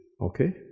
Okay